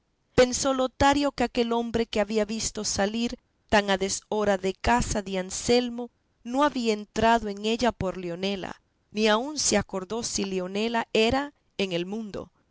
pensó lotario que aquel hombre que había visto salir tan a deshora de casa de anselmo no había entrado en ella por leonela ni aun se acordó si leonela era en el mundo